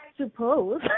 suppose